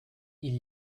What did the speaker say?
ils